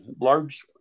large